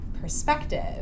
perspective